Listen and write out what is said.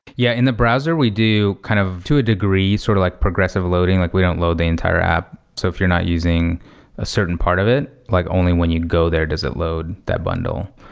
yeah. in the browser we do kind of to a degree sort of like progressive loading. like we don't load the entire app. so if you're not using a certain part of it, like only when you go there does it load that bundle,